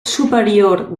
superior